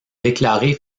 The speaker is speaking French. déclarer